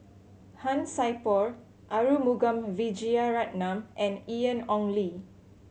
Han Sai Por Arumugam Vijiaratnam and Ian Ong Li